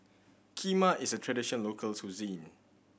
kheema is a traditional local cuisine